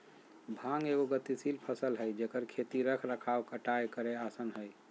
भांग एगो गतिशील फसल हइ जेकर खेती रख रखाव कटाई करेय आसन हइ